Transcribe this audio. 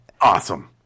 awesome